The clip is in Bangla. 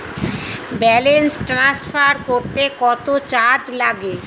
ব্যালেন্স ট্রান্সফার করতে কত চার্জ লাগে?